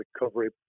recovery